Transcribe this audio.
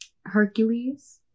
Hercules